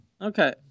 Okay